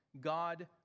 God